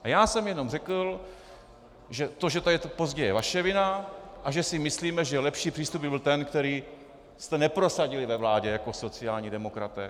Já jsem jenom řekl, že to, že to je pozdě, je vaše vina a že si myslíme, že lepší přístup by byl ten, který jste neprosadili ve vládě jako sociální demokraté.